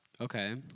okay